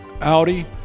Audi